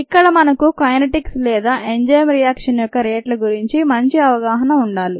ఇక్కడ మనకు కైనెటిక్స్ లేదా ఎంజైమ్ రియాక్షన్ యొక్క రేట్ల గురించి మంచి అవగాహన ఉండాలి